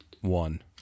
one